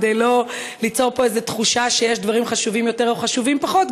כדי לא ליצור פה איזו תחושה שיש דברים חשובים יותר או חשובים פחות,